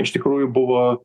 iš tikrųjų buvo